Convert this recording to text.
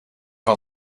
van